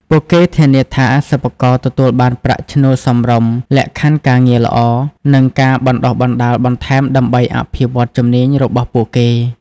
ពួកគេធានាថាសិប្បករទទួលបានប្រាក់ឈ្នួលសមរម្យ លក្ខខណ្ឌការងារល្អ និងការបណ្តុះបណ្តាលបន្ថែមដើម្បីអភិវឌ្ឍជំនាញរបស់ពួកគេ ។